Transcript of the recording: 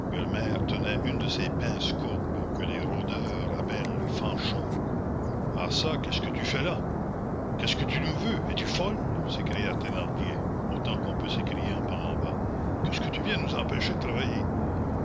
une de ces pinces courbes que les rôdeurs appellent fanchons ah çà qu'est-ce que tu fais là qu'est-ce que tu nous veux es-tu folle s'écria thénardier autant qu'on peut s'écrier en parlant bas qu'est-ce que tu viens nous empêcher de travailler